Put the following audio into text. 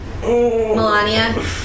Melania